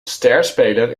sterspeler